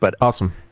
Awesome